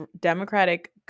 Democratic